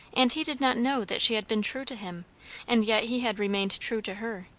and he did not know that she had been true to him and yet he had remained true to her.